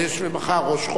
ומחר ראש חודש,